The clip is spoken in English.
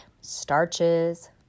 starches